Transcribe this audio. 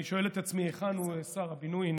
ואני שואל את עצמי היכן הוא שר הבינוי.